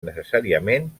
necessàriament